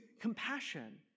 compassion